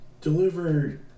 deliver